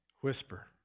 whisper